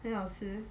很好吃